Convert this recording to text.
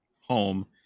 home